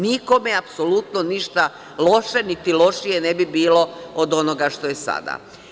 Nikome apsolutno ništa loše niti lošije ne bi bilo od onoga što je sada.